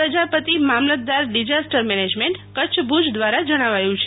પ્રજાપતિમામલતદાર disaster management Kutch Bhuj દ્વારા જણાવાયું છે